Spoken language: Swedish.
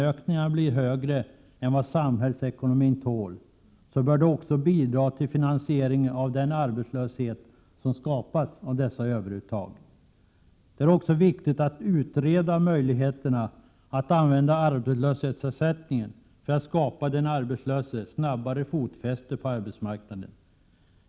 1987/88:136 na blir högre än vad samhällsekonomin tål, bör de också bidra till finansieringen av den arbetslöshet som skapas av dessa överuttag. Det är också viktigt att utreda möjligheterna att använda arbetslöshetsersättningen för att snabbare skapa fotfäste på arbetsmarknaden åt den arbetslöse.